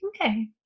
Okay